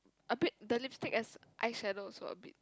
a bit the lipstick as eye shallow so a bit